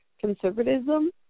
conservatism